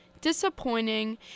disappointing